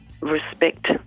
respect